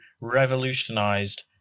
revolutionized